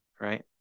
Right